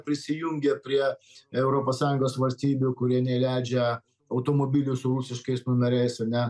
prisijungė prie europos sąjungos valstybių kurie neįleidžia automobilių su rusiškais numeriais ane